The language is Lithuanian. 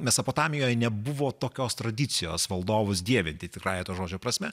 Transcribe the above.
mesopotamijoj nebuvo tokios tradicijos valdovus dievinti tikrąja to žodžio prasme